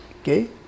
Okay